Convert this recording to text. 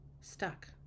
stuck